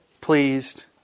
pleased